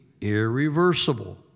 irreversible